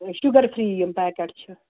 sugar free یِم packet چھِ